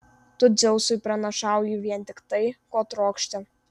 tu dzeusui pranašauji vien tik tai ko trokšti